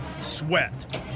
Sweat